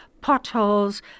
potholes